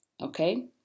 Okay